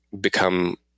become